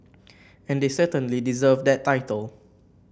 and they certainly deserve that title